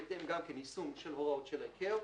בהתאם גם יישום הוראות של ICAO